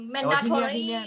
Mandatory